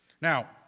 Now